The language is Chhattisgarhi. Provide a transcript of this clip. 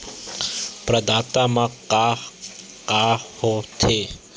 प्रदाता मा का का हो थे?